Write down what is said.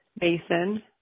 Mason